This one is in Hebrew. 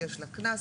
יש לה קנס,